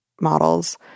models